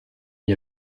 n’y